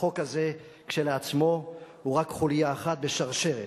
החוק הזה כשלעצמו הוא רק חוליה בשרשרת